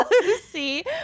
Lucy